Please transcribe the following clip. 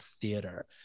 theater